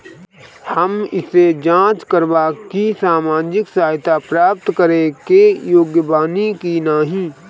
हम कइसे जांच करब कि सामाजिक सहायता प्राप्त करे के योग्य बानी की नाहीं?